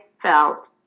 felt